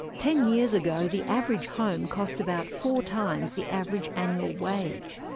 ten years ago, the average home cost about four times the average annual wage.